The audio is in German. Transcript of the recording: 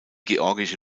georgische